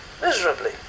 Miserably